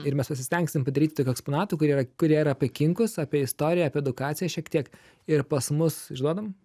ir mes pasistengsim padaryt tokių eksponatų kurie yra kurie yra ape kinkus apie istoriją apie edukaciją šiek tiek ir pas mus išduodam